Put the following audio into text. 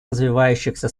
развивающихся